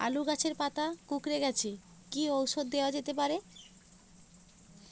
আলু গাছের পাতা কুকরে গেছে কি ঔষধ দেওয়া যেতে পারে?